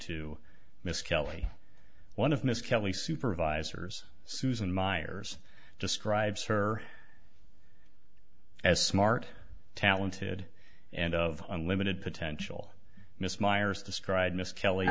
to miss kelly one of miss kelly supervisors susan meyers describes her as smart talented and of unlimited potential miss myers described miss kelly